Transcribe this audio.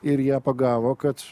ir ją pagavo kad